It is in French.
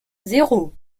zéro